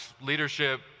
Leadership